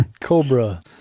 cobra